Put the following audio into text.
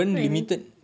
what you mean